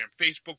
Facebook